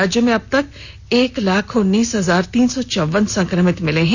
राज्य में अब तक एक लाख उन्नीस हजार तीन सौ चौवन संक्रमित मिल चुके हैं